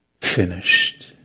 finished